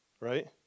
right